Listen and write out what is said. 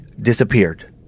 disappeared